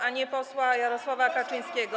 a nie posła Jarosława Kaczyńskiego.